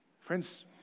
Friends